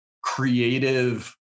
creative